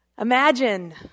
Imagine